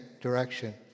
direction